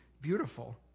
beautiful